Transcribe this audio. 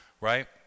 Right